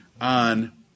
on